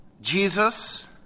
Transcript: Jesus